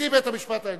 נשיא בית-המשפט העליון,